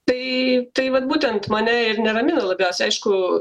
tai tai vat būtent mane ir neramina labiausia aišku